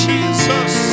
Jesus